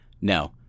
no